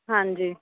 ਹਾਂਜੀ